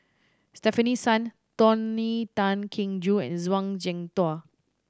Stefanie Sun Tony Tan Keng Joo and Zhuang Shengtao